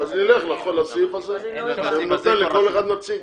אז נלך לסעיף הזה שאני נותן לכל אחד נציג,